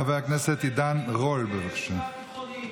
חבר הכנסת עידן רול, בבקשה.